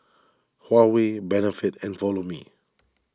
Huawei Benefit and Follow Me